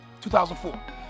2004